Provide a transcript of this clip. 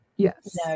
Yes